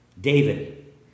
David